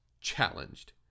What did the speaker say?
challenged